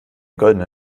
goldene